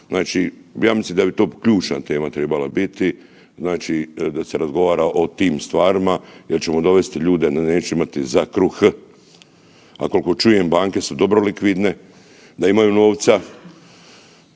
Znači ja mislim da bi to ključna tema trebala biti, da se razgovara o tim stvarima jer ćemo dovesti ljude da neće imati za kruh. A koliko čujem banke su dobro likvidne, da imaju novca